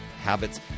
habits